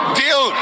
deal